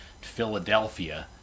Philadelphia